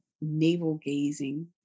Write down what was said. navel-gazing